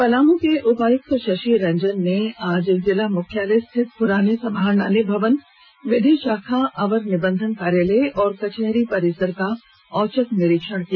पलामू के उपायुक्त शशि रंजन ने आज जिला मुख्यालय स्थित पुराने समाहरणालय भवन विधि शाखा अवर निबंधन कार्यालय और कचहरी परिसर का औचक निरीक्षण किया